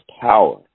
power